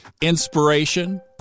inspiration